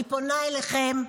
אני פונה אליכם,